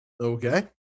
okay